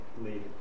leave